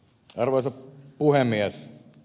arvoisa puhemies